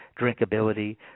drinkability